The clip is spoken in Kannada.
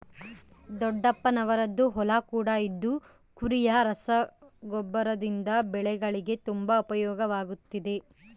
ದೊಡ್ಡಪ್ಪನವರದ್ದು ಹೊಲ ಕೂಡ ಇದ್ದು ಕುರಿಯ ಗೊಬ್ಬರದಿಂದ ಬೆಳೆಗಳಿಗೆ ತುಂಬಾ ಉಪಯೋಗವಾಗುತ್ತಿದೆ